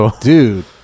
Dude